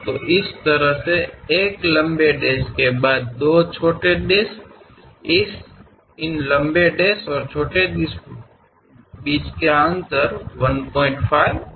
तो इस तरह से एक लंबे डैश के बाद छोटे दो डैश इन लंबे डैश और छोटे डैश के बीच का अंतर 15 मिमी है